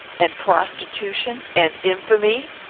and prostitution, and infamy?